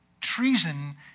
treason